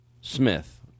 Smith